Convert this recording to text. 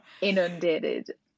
inundated